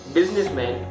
Businessman